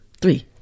three